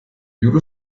jule